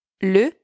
le